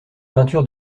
peintures